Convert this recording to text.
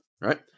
right